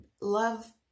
love